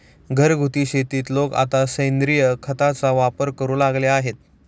घरगुती शेतीत लोक आता सेंद्रिय खताचा वापर करू लागले आहेत